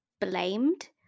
blamed